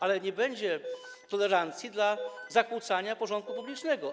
Ale nie będzie tolerancji dla zakłócania porządku publicznego.